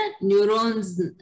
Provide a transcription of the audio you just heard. neurons